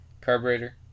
carburetor